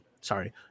sorry